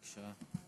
בבקשה.